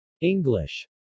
English